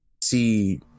see